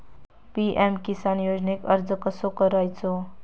PM Kisan योजनेक अर्ज कसो करायचो?